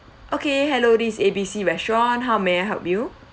okay hello this is A B C restaurant how may I help you